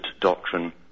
doctrine